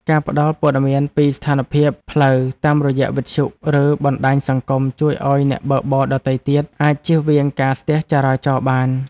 ការផ្ដល់ព័ត៌មានពីស្ថានភាពផ្លូវតាមរយៈវិទ្យុ ឬបណ្ដាញសង្គមជួយឱ្យអ្នកបើកបរដទៃទៀតអាចជៀសវាងការស្ទះចរាចរណ៍បាន។